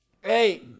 Hey